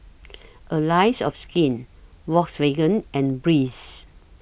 Allies of Skin Volkswagen and Breeze